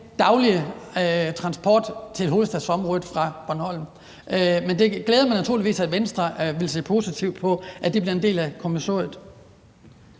daglige transport til hovedstadsområdet fra Bornholm. Men det glæder mig naturligvis, at Venstre vil se positivt på, at det bliver en del af kommissoriet.